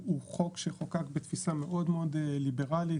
הוא חוק שחוקק בתפיסה מאוד ליברלית.